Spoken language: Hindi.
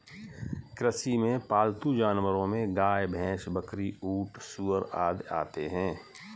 कृषि में पालतू जानवरो में गाय, भैंस, बकरी, ऊँट, सूअर आदि आते है